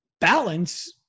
balance